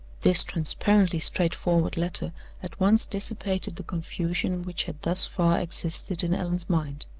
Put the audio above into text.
this transparently straightforward letter at once dissipated the confusion which had thus far existed in allan's mind.